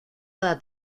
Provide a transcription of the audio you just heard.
cada